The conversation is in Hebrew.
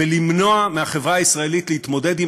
בלמנוע מהחברה הישראלית להתמודד עם